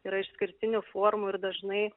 yra išskirtinių formų ir dažnai